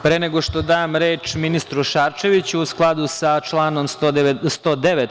Pre nego što dam reč ministru Šarčeviću, u skladu sa članom 109.